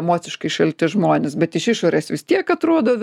emociškai šalti žmonės bet iš išorės vis tiek atrodo